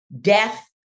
death